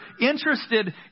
interested